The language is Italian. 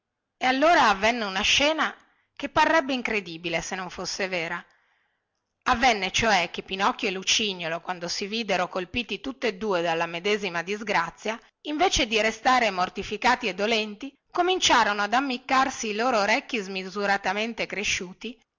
e allora avvenne una scena che parrebbe incredibile se non fosse vera avvenne cioè che pinocchio e lucignolo quando si videro colpiti tutte due dalla medesima disgrazia invece di restar mortificati e dolenti cominciarono ad ammiccarsi i loro orecchi smisuratamente cresciuti